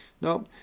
No